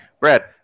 Brad